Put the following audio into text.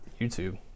YouTube